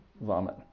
vomit